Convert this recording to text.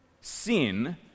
sin